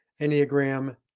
Enneagram